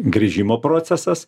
grįžimo procesas